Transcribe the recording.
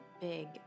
big